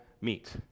meet